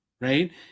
right